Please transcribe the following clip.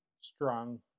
strong